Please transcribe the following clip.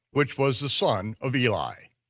which was the son of eli.